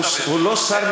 דקה.